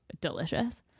delicious